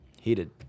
heated